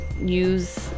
use